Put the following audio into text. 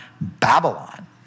Babylon